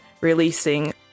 releasing